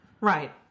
Right